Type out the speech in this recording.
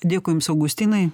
dėkui jums augustinai